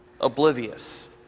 oblivious